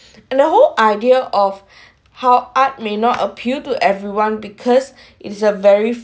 and the whole idea of how art may not appeal to everyone because it's a very